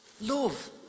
love